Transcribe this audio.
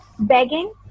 begging